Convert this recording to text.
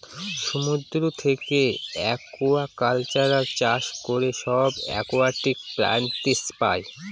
সমুদ্র থাকে একুয়াকালচার চাষ করে সব একুয়াটিক প্লান্টস পাই